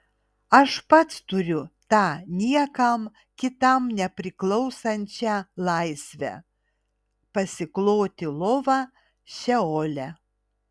aš pats turiu tą niekam kitam nepriklausančią laisvę pasikloti lovą šeole